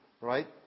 right